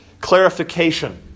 clarification